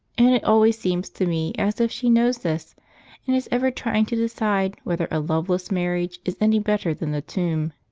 and it always seems to me as if she knows this, and is ever trying to decide whether a loveless marriage is any better than the tomb.